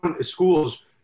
schools